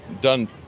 done